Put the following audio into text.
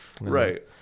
Right